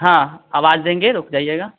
हाँ आवाज़ देंगे रुक जाइएगा